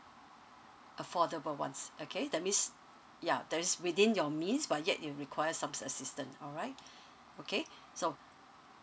affordable ones okay that means ya that is within your means but yet you require some assistance alright okay so